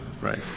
Right